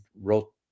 wrote